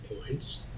points